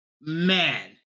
man